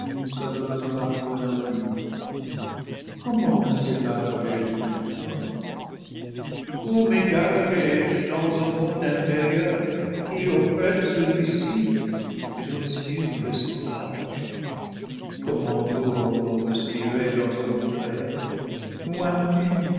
à la vue comment me séparerai je de toi où mégarerai je dans un monde in férieur qui auprès de celui-ci est obscur et sauvage v comment pourrions-nous respirer dans un autre air